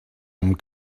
amb